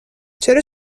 چرا